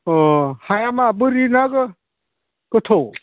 अ हाया मा बोरि ना गोथौ